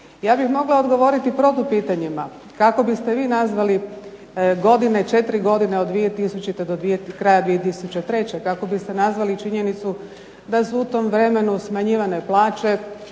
Ja bih mogla odgovoriti protupitanjima. Kako biste vi nazvali godine, četiri godine od 2000. do kraja 2003.? Kako biste nazvali činjenicu da su u tom vremenu smanjivane plaće,